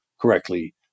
correctly